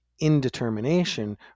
indetermination